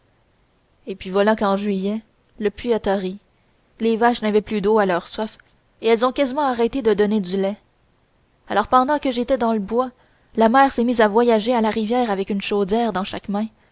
et puis voilà qu'en juillet le puits a tari les vaches n'avaient plus d'eau à leur soif et elles ont quasiment arrêté de donner du lait alors pendant que j'étais dans le bois la mère s'est mise à voyager à la rivière avec une chaudière dans chaque main